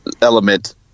element